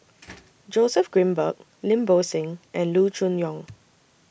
Joseph Grimberg Lim Bo Seng and Loo Choon Yong